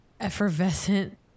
effervescent